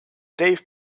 dave